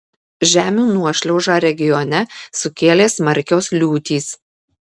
žemių nuošliaužą regione sukėlė smarkios liūtys